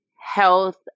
health